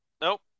Nope